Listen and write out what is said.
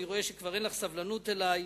אני רואה שכבר אין לך סבלנות אלי.